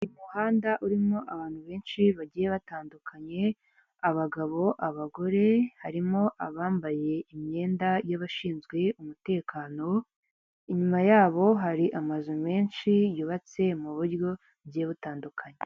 Umuhanda urimo abantu benshi bagiye batandukanye abagabo, abagore harimo abambaye imyenda y'abashinzwe umutekano inyuma yabo hari amazu menshi yubatse mu buryo bugiye butandukanye.